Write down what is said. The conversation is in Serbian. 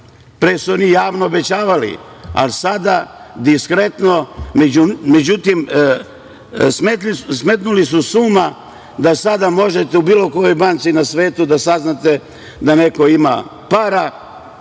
Pre su oni javno obećavali, ali sada diskretno. Međutim, smetnuli su sa uma da sada možete u bilo kojoj banci na svetu da saznate da neko ima para